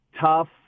tough